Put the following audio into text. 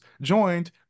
joined